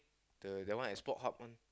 the the one sport hub one